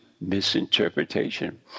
misinterpretation